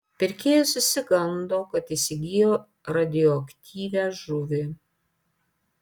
pirkėjas išsigando kad įsigijo radioaktyvią žuvį